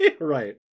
Right